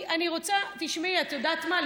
את יודעת מה,